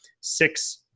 six